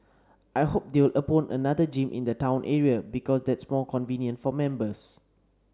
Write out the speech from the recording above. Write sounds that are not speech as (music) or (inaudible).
I hope they will (unintelligible) another gym in the town area because that's more convenient for members